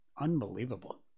unbelievable